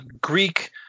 Greek